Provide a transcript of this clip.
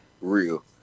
Real